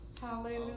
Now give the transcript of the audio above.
Hallelujah